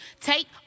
Take